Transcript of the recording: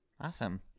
Awesome